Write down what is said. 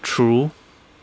true